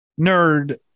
nerd